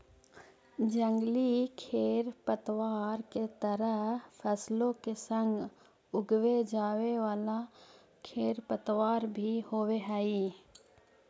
जंगली खेरपतवार के तरह फसलों के संग उगवे जावे वाला खेरपतवार भी होवे हई